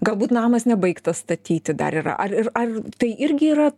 galbūt namas nebaigtas statyti dar yra ar ir ar tai irgi yra